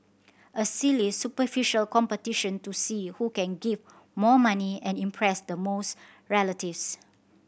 a silly superficial competition to see who can give more money and impress the most relatives